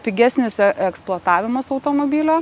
pigesnis e eksploatavimas automobilio